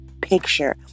picture